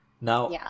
Now